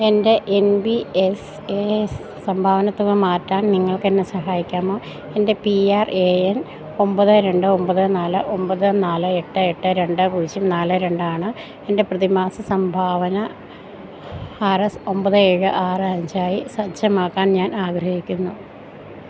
എന്റെ N P S സംഭാവനത്തുക മാറ്റാൻ നിങ്ങൾക്കെന്നെ സഹായിക്കാമോ എന്റെ പി ആർ എ എൻ ഒമ്പത് രണ്ട് ഒമ്പത് നാല് ഒമ്പത് നാല് എട്ട് എട്ട് രണ്ട് പൂജ്യം നാല് രണ്ടാണ് എന്റെ പ്രതിമാസ സംഭാവന ആർ എസ് ഒമ്പത് ഏഴ് ആറ് അഞ്ചായി സജ്ജമാക്കാൻ ഞാനാഗ്രഹിക്കുന്നു